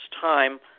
time